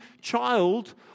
child